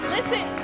Listen